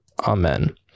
Amen